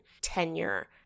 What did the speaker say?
tenure